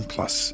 Plus